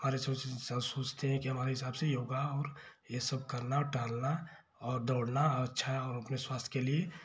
हमारे सबसे सोचते हैं कि हमारे हिसाब से ये होगा और ये सब करना और टहलना और दौड़ना अच्छा है और अपने स्वास्थ्य के लिए